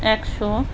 একশো